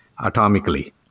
atomically